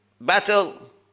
battle